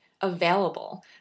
available